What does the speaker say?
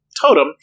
totem